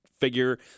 figure